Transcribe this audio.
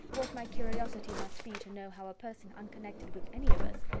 what my curiosity must be to know how a person unconnected with any of us,